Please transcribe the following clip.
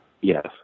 Yes